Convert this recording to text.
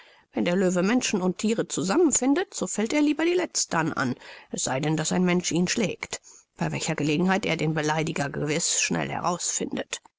wenn der löwe menschen und thiere zusammen findet so fällt er lieber die letztern an es sei denn daß ein mensch ihn schlägt bei welcher gelegenheit er den beleidiger gewiß schnell herausfindet der